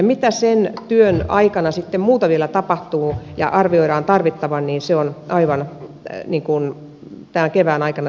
mitä muuta sen työn aikana vielä tapahtuu ja arvioidaan tarvittavan selviää aivan tämän kevään aikana